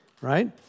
Right